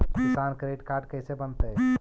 किसान credit card कैसे बनतै?